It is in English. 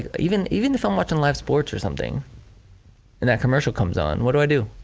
even even if i'm watching live sports or something and that commercial comes on, what do i do?